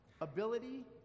ability